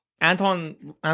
Anton